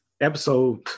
episode